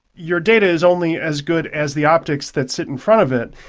your data is only as good as the optics that sit in front of it,